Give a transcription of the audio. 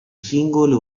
singole